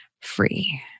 free